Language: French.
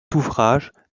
d’ouvrages